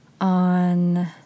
on